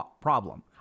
problem